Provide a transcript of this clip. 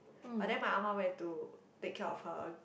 but then my ah ma went to take care of her